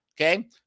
Okay